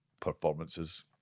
performances